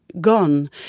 gone